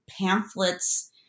pamphlets